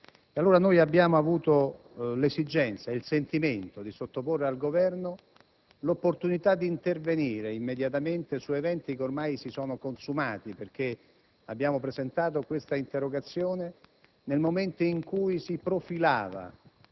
posto, abbiamo avvertito l'esigenza e il sentimento di sottoporre al Governo l'opportunità di intervenire immediatamente su eventi che ormai si sono consumati, perché abbiamo presentato questa interpellanza nel momento in cui, a